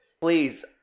Please